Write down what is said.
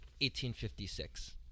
1856